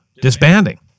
disbanding